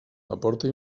aporta